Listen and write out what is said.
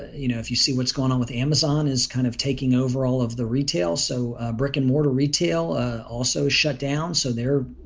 you know, if you see what's going on with amazon is kind of taking over all of the retail. so brick and mortar retail also shut down. so there,